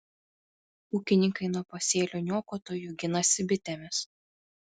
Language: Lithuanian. ūkininkai nuo pasėlių niokotojų ginasi bitėmis